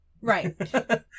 Right